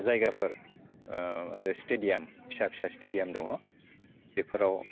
जायगाफोर मोनसे स्टुडियाम फिसा फिसा स्टुडियाम दङ बेफोराव